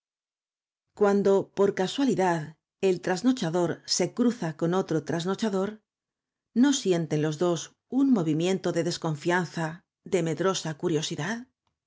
cuando por casualidad el trasnochador se cruza con otro trasnochador no sienten los dos un movimiento de desconfianza de m e drosa curiosidad